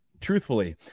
truthfully